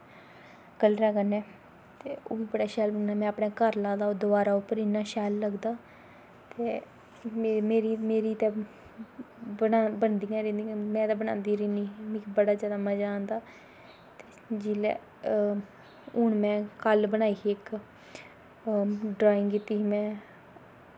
कल्लरै कन्नै ते ओह् बी बड़ा शैल बनेआ में अपनै घर लाए दा दिबारा उप्पर इन्ना शैल लगदा ते मेरी ते में ते बनांदी रौह्नी मिगी बड़ा जादा मज़ा आंदा जिसलै हून में कल बनाई ही इक ड्राईंग कीती ही में